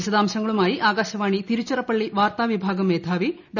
വിശദാംശങ്ങളുമായി ആകാശവാണി തിരുച്ചിറപ്പള്ളി വാർത്താ വിഭാഗം മേധാവി ഡോ